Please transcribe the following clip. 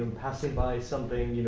and passing by something,